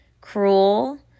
cruel